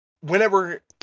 whenever